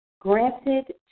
granted